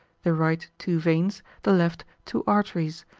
the right two veins, the left two arteries,